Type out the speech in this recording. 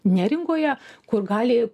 neringoje kur gali